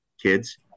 kids